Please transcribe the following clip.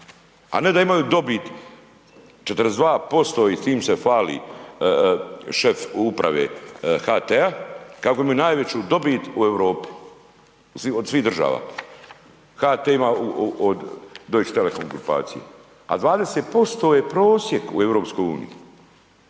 A ne da imaju dobit 42% i s tim se hvali šef Uprave HT-a kako imaju najveći dobit u Europi. Od svih država. HT ima od Deutsche Telekom grupaciji. A 20% je prosjek u EU.